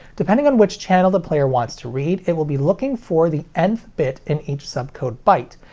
depending on which channel the player wants to read, it will be looking for the nth bit in each subcode byte,